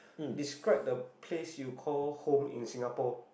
describe the place you called home in Singapore